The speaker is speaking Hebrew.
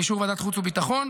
באישור ועדת החוץ והביטחון.